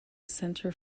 centre